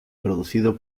producido